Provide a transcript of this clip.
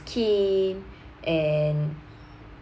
skin and